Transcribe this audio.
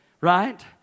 Right